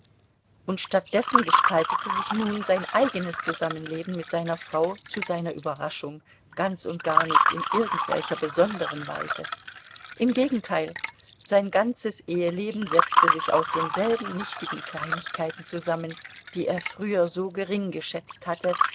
und statt dessen gestaltete sich nun sein eigenes zusammenleben mit seiner frau zu seiner überraschung ganz und gar nicht in irgendwelcher besonderen weise im gegenteil sein ganzes eheleben setzte sich aus denselben nichtigen kleinigkeiten zusammen die er früher so geringgeschätzt hatte